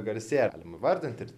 garsėja galim įvardinti ir